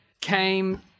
came